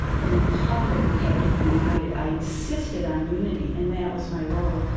but in public, we had to be united. i insisted on unity, and that was my role.